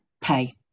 pay